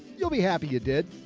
you'll be happy you did,